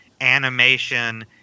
animation